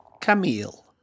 Camille